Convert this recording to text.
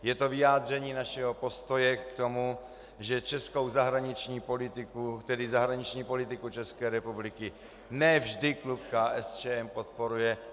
Je to vyjádření našeho postoje k tomu, že českou zahraniční politiku, tedy zahraniční politiku České republiky, ne vždy klub KSČM podporuje.